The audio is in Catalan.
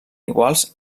iguals